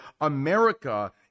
america